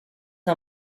que